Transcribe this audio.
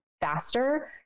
faster